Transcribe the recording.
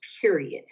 period